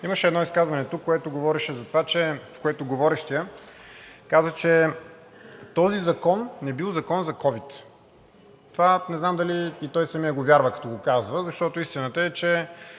Имаше едно изказване тук, в което говорещият каза, че този закон не бил закон за ковид. Това не знам дали и той самият го вярва, като го казва, защото истината е, че